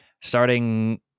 starting